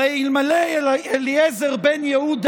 הרי אלמלא אליעזר בן יהודה,